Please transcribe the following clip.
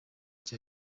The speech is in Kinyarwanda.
cya